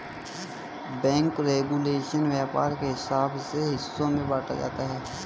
bank regulation व्यापार के हिसाब से हिस्सों में बांटा जाता है